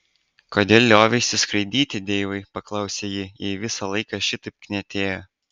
kodėl lioveisi skraidyti deivai paklausė ji jei visą laiką šitaip knietėjo